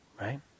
Right